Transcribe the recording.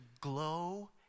glow